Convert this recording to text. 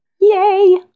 Yay